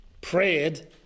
prayed